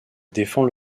défend